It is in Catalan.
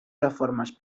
reformes